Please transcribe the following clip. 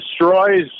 destroys